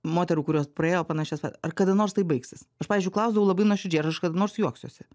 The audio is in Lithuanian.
moterų kurios praėjo panašias ar kada nors tai baigsis aš pavyzdžiui klausdavau labai nuoširdžiai ar aš kada nors juoksiuosi